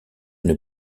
une